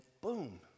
boom